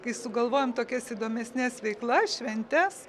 kai sugalvojom tokias įdomesnes veiklas šventes